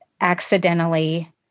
accidentally